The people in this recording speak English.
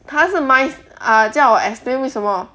他是 M I C E ah 叫我 explain 为什么